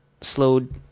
slowed